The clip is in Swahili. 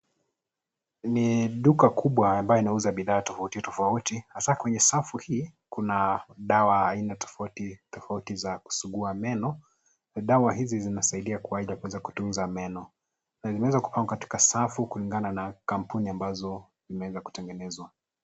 Ni duka kubwa ambayo inauza bidhaa tofauti tofauti hasa kwenye safu hii kuna dawa aina tofauti tofauti za kusugua meno. Dawa hizi zinasaidia kwa ajili ya kuweza kutunza meno na zimeweza kupangwa kulingana na kampuni ambazo zimeweza kutengenezwa.